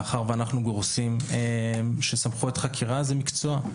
מאחר שאנחנו גורסים שסמכויות חקירה זה מקצוע,